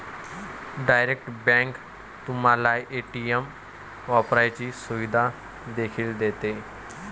direct bank तुम्हाला ATM वापरण्याची सुविधा देखील देते